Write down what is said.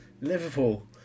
Liverpool